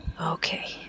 Okay